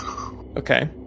Okay